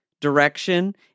direction